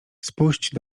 spuść